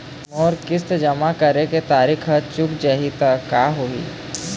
मोर किस्त जमा करे के तारीक हर चूक जाही ता का होही?